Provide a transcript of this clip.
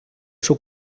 seu